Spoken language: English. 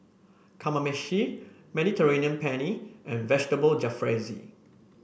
Kamameshi Mediterranean Penne and Vegetable Jalfrezi